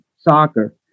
soccer